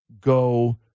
go